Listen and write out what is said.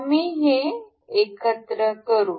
आम्ही हे एकत्र करू